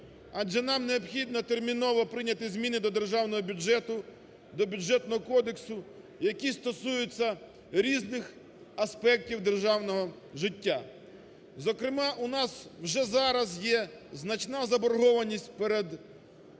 Адже нам необхідно терміново прийняти зміни до державного бюджету, до Бюджетного кодексу, які стосуються різних аспектів державного життя. Зокрема, у нас уже зараз є значна заборгованість перед